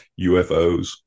UFOs